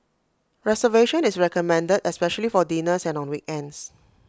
reservation is recommended especially for dinners and on weekends